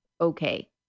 okay